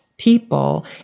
people